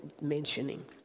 mentioning